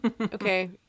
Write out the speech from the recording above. Okay